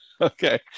okay